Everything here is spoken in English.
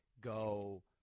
go